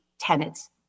tenants